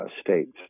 states